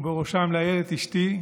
ובראשם לאיילת אשתי,